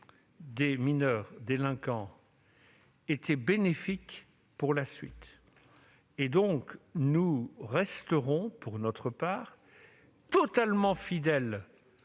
des mineurs délinquants était bénéfique pour la suite. Nous resterons pour notre part totalement fidèles